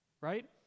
right